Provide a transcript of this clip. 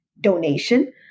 donation